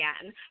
again